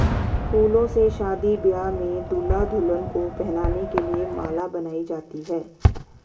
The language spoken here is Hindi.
फूलों से शादी ब्याह में दूल्हा दुल्हन को पहनाने के लिए माला बनाई जाती है